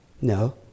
No